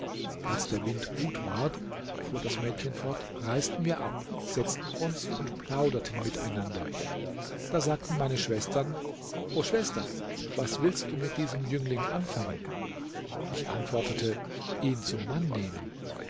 als der wind gut ward fuhr das mädchen fort reisten wir ab setzten uns und plauderten mit einander da sagten meine schwestern o schwester was willst du mit diesem jüngling anfangen ich antwortete ihn zum mann nehmen